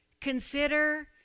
consider